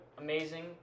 amazing